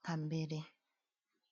nka mbere.